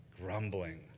grumbling